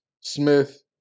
Smith